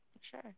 Sure